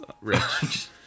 Rich